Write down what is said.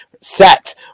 set